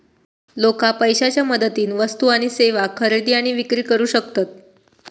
लोका पैशाच्या मदतीन वस्तू आणि सेवा खरेदी आणि विक्री करू शकतत